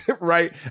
right